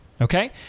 Okay